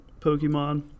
Pokemon